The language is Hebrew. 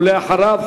ואחריו,